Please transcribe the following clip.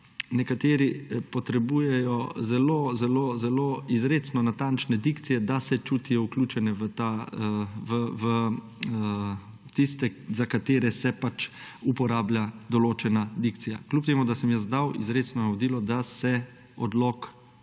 nekateri potrebujejo zelo, zelo, zelo izrecno natančne dikcije, da se čutijo vključene v tiste, za katere se pač uporablja določena dikcija. Kljub temu da sem jaz dal izrecno navodilo, da se